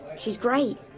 she's great.